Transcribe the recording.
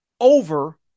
over